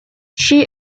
she